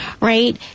right